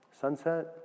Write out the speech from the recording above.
Sunset